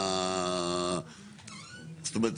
זאת אומרת,